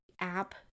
app